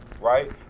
right